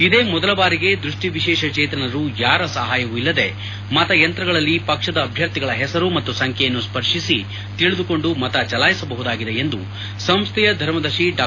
ಇದೇ ಮೊದಲ ಬಾರಿಗೆ ದೃಷ್ಟಿ ವಿಶೇಷಚೇತನರು ಯಾರ ಸಹಾಯವು ಇಲ್ಲದೇ ಮತ ಯಂತ್ರಗಳಲ್ಲಿ ಪಕ್ಷದ ಅಭ್ಯರ್ಥಿಗಳ ಹೆಸರು ಮತ್ತು ಸಂಖ್ಯೆಯನ್ನು ಸ್ವರ್ತಿಸಿ ಮತ ಚಲಾಯಿಸಬಹುದಾಗಿದೆ ಎಂದು ಸಂಸ್ಥೆಯ ಧರ್ಮದರ್ಶಿ ಡಾ